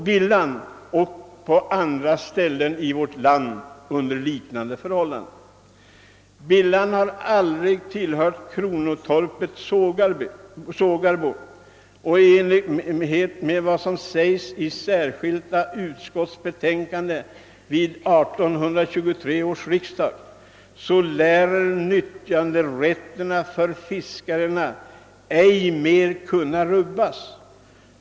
Bilhamn har aldrig tillhört kronotorpet Sågarbo, och i enlighet med vad som sägs i Särskildta utskotts betänkande vid 1823 års riksdag lärer nytt janderätterna för fiskarna ej mer kunna rubbas.